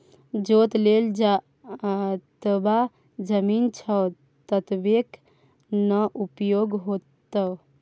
जोत लेल जतबा जमीन छौ ततबेक न उपयोग हेतौ